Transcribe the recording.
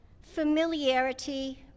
familiarity